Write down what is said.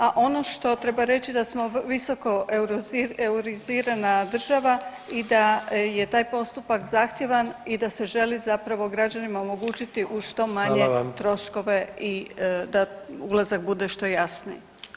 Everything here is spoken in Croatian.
A ono što treba reći da smo visoko eurizirana država i da je taj postupak zahtjevan i da se želi zapravo građanima omogućiti u što manje troškove [[Upadica: Hvala vam.]] i da ulazak bude što jasniji.